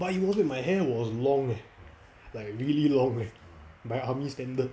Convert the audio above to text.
but it was that my hair was long eh like really long eh by army standard